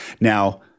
now